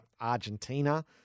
Argentina